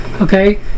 Okay